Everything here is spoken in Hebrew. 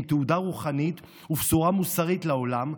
עם תעודה רוחנית ובשורה מוסרית לעולם,